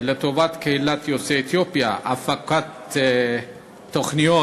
לטובת קהילת יוצאי אתיופיה, הפקת תוכניות,